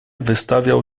wystawiał